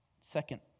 second